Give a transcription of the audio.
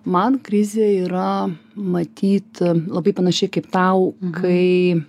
man krizė yra matyt labai panašiai kaip tau kai